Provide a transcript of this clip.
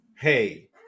hey